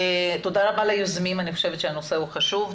תודה רבה ליוזמים, אני חושבת שהנושא הוא חשוב.